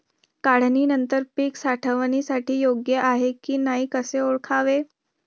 काढणी नंतर पीक साठवणीसाठी योग्य आहे की नाही कसे ओळखावे?